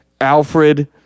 Alfred